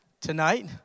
tonight